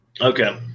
Okay